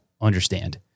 understand